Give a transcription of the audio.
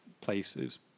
places